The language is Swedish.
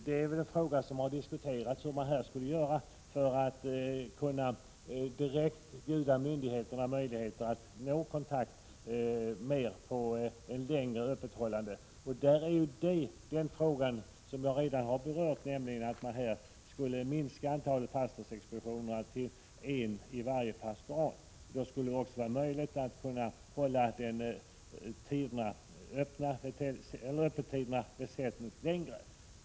Det har också diskuterats hur man direkt skulle kunna erbjuda myndigheterna möjligheter till ett längre öppethållandet, vilket jag redan berört, liksom att man skulle minska antalet pastorsexpeditioner till en i varje pastorat. Det senare skulle göra det möjligt att förlänga öppettiderna väsentligt.